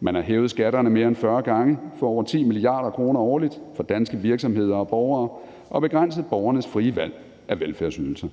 Man har hævet skatterne mere end 40 gange for over 10 mia. kr. årligt for danske virksomheder og borgere og begrænset borgernes frie valg af velfærdsydelser.